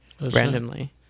randomly